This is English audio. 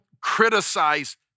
criticize